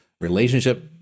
relationship